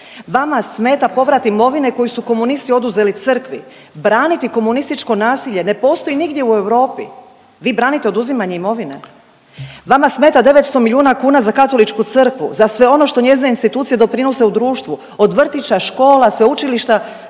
Vama smeta povrat imovine koju su komunisti oduzeli Crkvi, braniti komunističko nasilje ne postoji nigdje u Europi. Vi branite oduzimanje imovine, vama smeta 900 milijuna kuna za Katoličku crkvu, za sve ono što njezine institucije doprinose društvu od vrtića, škola, sveučilišta